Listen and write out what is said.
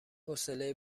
حوصله